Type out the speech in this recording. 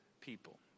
people